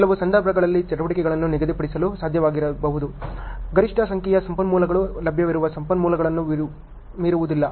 ಕೆಲವು ಸಂದರ್ಭಗಳಲ್ಲಿ ಚಟುವಟಿಕೆಗಳನ್ನು ನಿಗದಿಪಡಿಸಲು ಸಾಧ್ಯವಾಗದಿರಬಹುದು ಗರಿಷ್ಠ ಸಂಖ್ಯೆಯ ಸಂಪನ್ಮೂಲಗಳು ಲಭ್ಯವಿರುವ ಸಂಪನ್ಮೂಲಗಳನ್ನು ಮೀರುವುದಿಲ್ಲ